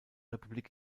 republik